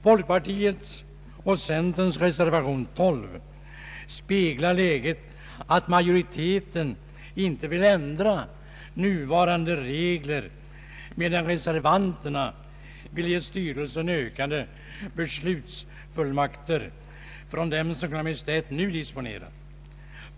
Folkpartiets och centerns reservation 12 speglar läget så att majoriteten inte vill ändra nuvarande regler, medan reservanterna vill ge styrelsen ökade beslutsfullmakter från dem som Kungl. Maj:t nu disponerar.